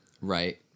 Right